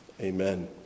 Amen